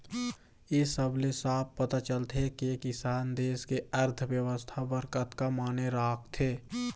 ए सब ले साफ पता चलथे के किसान देस के अर्थबेवस्था बर कतका माने राखथे